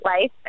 life